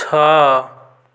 ଛଅ